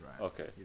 Okay